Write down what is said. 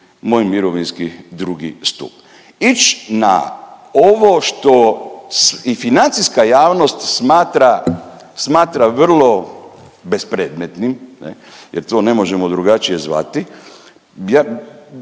moj mirovinski II. stup. Ić na ovo što i financijska javnost smatra, smatra vrlo bespredmetnim ne jer to ne možemo drugačije zvati,